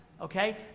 Okay